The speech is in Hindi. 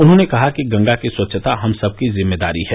उन्होंने कहा कि गंगा की स्यच्छता हम सबकी जिम्मेदारी है